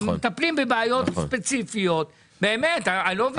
הם מטפלים בבעיות ספציפיות, באמת, אני לא מבין.